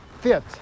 fit